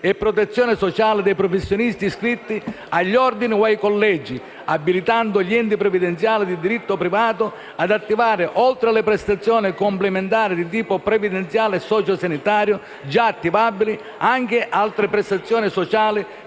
e protezione sociale dei professionisti iscritti agli ordini o ai collegi, abilitando gli enti previdenziali di diritto privato ad attivare, oltre alle prestazioni complementari di tipo previdenziale e socio-sanitario già attivabili, anche altre prestazioni sociali